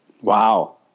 Wow